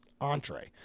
entree